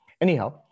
Anyhow